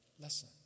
lesson